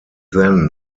then